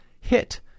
hit